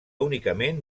únicament